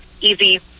easy